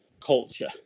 culture